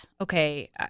okay